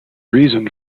reason